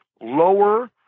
lower